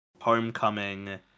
Homecoming